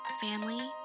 family